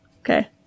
okay